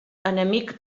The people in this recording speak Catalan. enemic